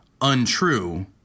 untrue